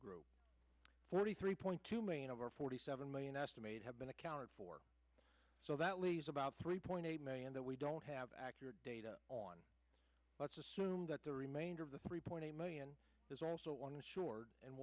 group forty three point two million over forty seven million estimated have been accounted for so that leaves about three point eight million that we don't have accurate data on let's assume that the remainder of the three point eight million is also one